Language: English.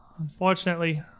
Unfortunately